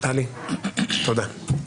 טלי, תודה.